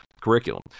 curriculum